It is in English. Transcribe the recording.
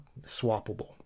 swappable